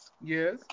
Yes